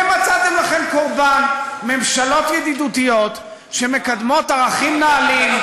ומצאתם לכם קורבן: ממשלות ידידותיות שמקדמות ערכים נעלים,